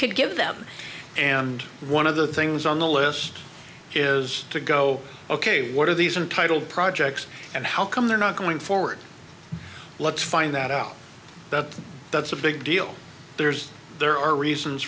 give them and one of the things on the list is to go ok what are these and title projects and how come they're not going forward let's find that out that that's a big deal there's there are reasons